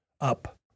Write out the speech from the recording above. up